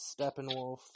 Steppenwolf